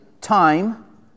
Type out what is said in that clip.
time